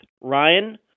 Ryan